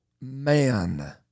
man